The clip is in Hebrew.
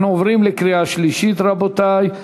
אנחנו עוברים לקריאה שלישית, רבותי.